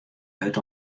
hurd